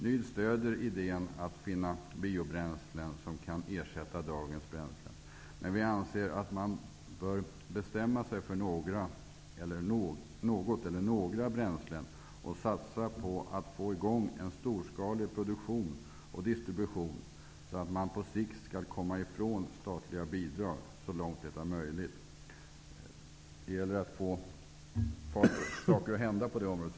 Nyd stöder idén att finna biobränslen som kan ersätta dagens bränslen, men vi anser att man bör bestämma sig för något eller några bränslen och satsa på att få i gång en storskalig produktion och distribution. Detta för att på sikt komma ifrån statliga bidrag så långt det är möjligt. Det gäller att få saker att hända på det här området.